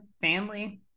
family